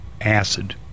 acid